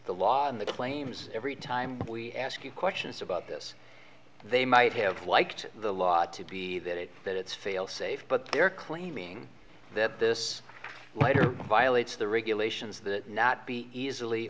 the law and the claims every time we ask you questions about this they might have liked the law to be that it that it's failsafe but they're claiming that this letter violates the regulations that not be easily